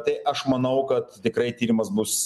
tai aš manau kad tikrai tyrimas bus